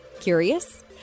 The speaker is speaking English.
Curious